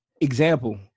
Example